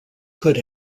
could